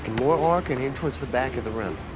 more arc and aim towards the back of the rim.